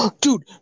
Dude